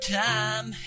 time